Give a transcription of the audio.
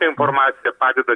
informacija padeda